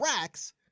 racks